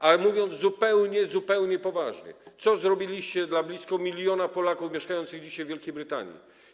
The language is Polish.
Ale mówiąc zupełnie poważnie: Co zrobiliście dla blisko miliona Polaków mieszkających dzisiaj w Wielkiej Brytanii?